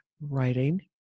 writing